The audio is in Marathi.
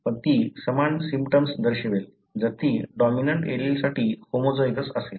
पण ती समान सिम्पटम्स दर्शवेल जर ती डॉमिनंट एलीलसाठी होमोझायगोस असेल